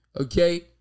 Okay